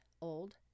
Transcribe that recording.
old